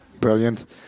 Brilliant